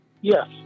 yes